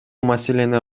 маселени